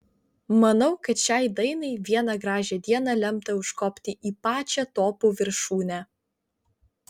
manau kad šiai dainai vieną gražią dieną lemta užkopti į pačią topų viršūnę